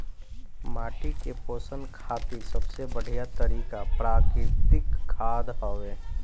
माटी के पोषण खातिर सबसे बढ़िया तरिका प्राकृतिक खाद हवे